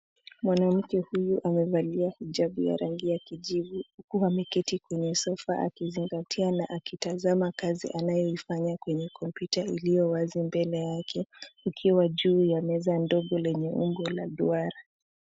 Mwanamke huyu amevalia hijabu ya rangi ya kijivu huku ameketi kwenye sofa akizingatia na akitazama kazi anayoifanya kwenye kompyuta iliyo wazi mbele yake ikiwa juu ya meza ndogo lenye umbo la duara.